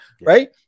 right